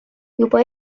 juba